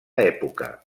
època